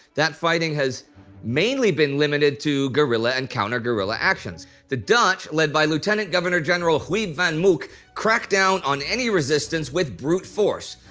that fighting has mainly been limited to guerrilla and counter-guerilla actions. the dutch, led by lieutenant governor general huib van mook, crackdown on any resistance with brute force,